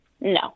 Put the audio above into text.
No